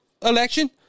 election